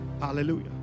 Hallelujah